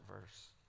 verse